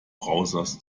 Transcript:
browsers